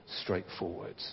straightforward